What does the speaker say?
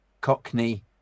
Cockney